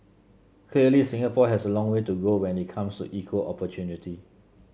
clearly Singapore has a long way to go when it comes to equal opportunity